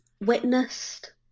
witnessed